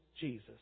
Jesus